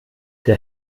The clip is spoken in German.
der